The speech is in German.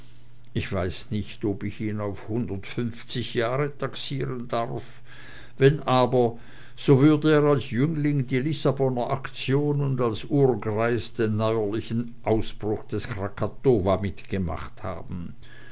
ich weiß nicht ob ich ihn auf hundertfünfzig jahre taxieren darf wenn aber so würde er als jüngling die lissaboner aktion und als urgreis den neuerlichen ausbruch des krakatowa mitgemacht haben